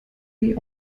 sie